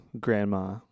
grandma